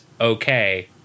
okay